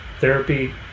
therapy